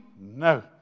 No